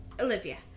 Olivia